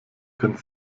können